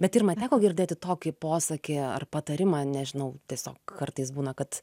bet irma teko girdėti tokį posakį ar patarimą nežinau tiesiog kartais būna kad